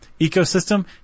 ecosystem